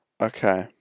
Okay